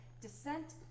Descent